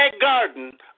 garden